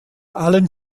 allen